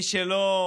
מי שלא